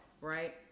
right